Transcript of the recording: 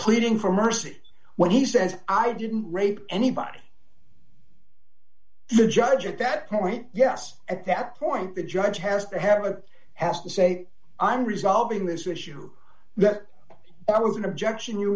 pleading for mercy when he says i didn't rape anybody the judge at that point yes at that point the judge has to have a has to say i'm resolving this issue that i was an objection you